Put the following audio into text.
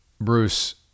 Bruce